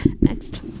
next